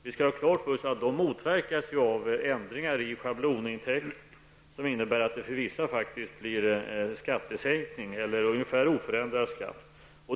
Vi skall ha klart för oss att de motverkas av ändringarna i schablonintäkten, som innebär att det faktiskt för vissa kan bli skattesänkning eller ungefär oförändrad skatt.